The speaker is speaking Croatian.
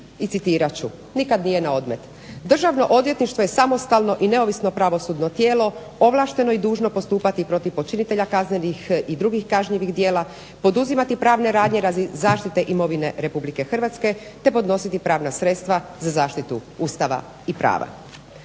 i citirat ću nikada nije na odmet: "Državno odvjetništvo je samostalno i neovisno pravosudno tijelo ovlašteno i dužno postupati protiv počinitelja kaznenih i drugih kažnjivih djela, poduzimati pravne radnje radi zaštite imovine Republike Hrvatske te podnositi pravna sredstva za zaštitu Ustava i prava".